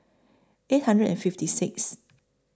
eight hundred and fifty Sixth